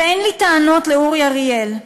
ואין לי טענות לאורי אריאל.